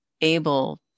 able